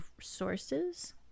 sources